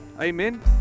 amen